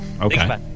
okay